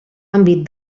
àmbit